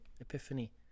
epiphany